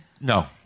No